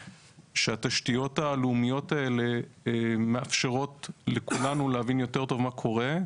שהתשתיות הלאומיות מאפשרות לכולנו להבין יותר טוב מה קורה,